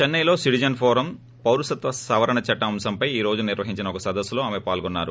చెన్నెలో citizens forum పౌరసత్వ సవరణ చట్టం అంశంపై ఈ రోజు నిర్వహించిన ఒక సదస్సులో ఆమె పాల్గొన్నారు